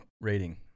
rating